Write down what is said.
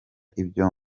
ibyo